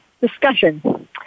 discussion